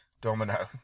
Domino